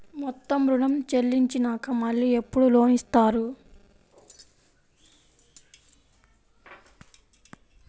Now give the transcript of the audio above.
మొత్తం ఋణం చెల్లించినాక మళ్ళీ ఎప్పుడు లోన్ ఇస్తారు?